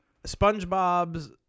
SpongeBob's